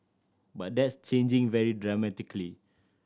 but that's changing very dramatically